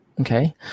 Okay